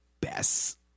best